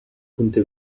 conté